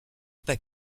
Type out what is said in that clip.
pas